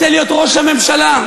רוצה להיות ראש הממשלה,